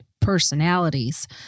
personalities